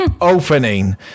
opening